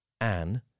Anne